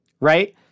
right